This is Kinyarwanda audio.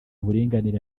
uburinganire